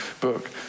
book